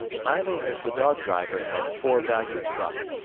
highly as the dog-driver had forevalued buck,